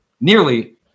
nearly